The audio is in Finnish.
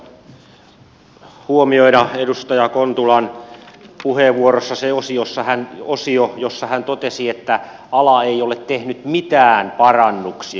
pakko huomioida edustaja kontulan puheenvuorossa se osio jossa hän totesi että ala ei ole tehnyt mitään parannuksia